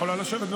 השר אקוניס,